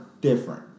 different